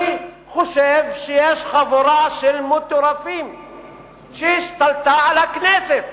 אני חושב שיש חבורה של מטורפים שהשתלטה על הכנסת,